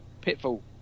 Pitfall